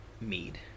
mead